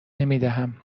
نمیدهم